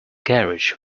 garage